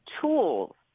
tools